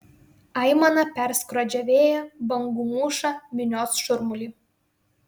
aimana perskrodžia vėją bangų mūšą minios šurmulį